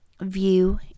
view